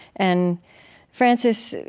and frances,